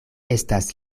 estas